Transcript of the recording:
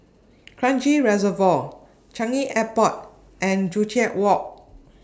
Kranji Reservoir Changi Airport and Joo Chiat Walk